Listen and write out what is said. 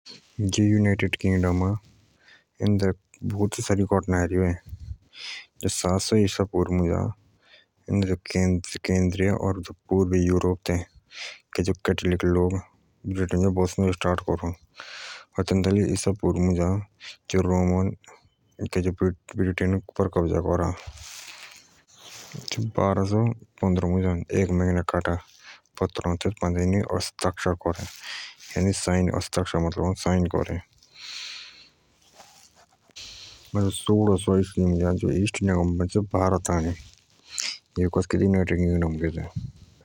जो United Kingdom अ एन्दी बोउति सारि घटनाएं रोइ अए सातसो ईसुइ पूर्व एतुदो जो केन्द्र और पुर्व यूरोप के जो केटलिक लोग अ तिनुइ ब्रिटेन दो बसनो शुरू करो और तेन्तालिस ईसुइ पूर्व जो रोमने ब्रिटेन पान्द कब्जा करा जो बारोसो पन्द्रह मुझ एक महिना काटा पत्र अ तेतु पान्डे ईनुइ हस्ताक्षर करे तब सोउड सो ईसुइ मुझ ईस्ट इंडिया कंपने भारत आअणे।